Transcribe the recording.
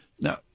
Now